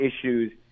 issues